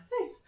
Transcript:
Nice